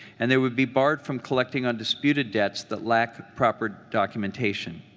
and they would be barred from collecting on disputed debts that lack proper documentation.